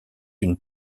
une